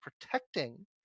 protecting